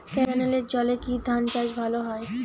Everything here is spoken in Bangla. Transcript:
ক্যেনেলের জলে কি ধানচাষ ভালো হয়?